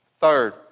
Third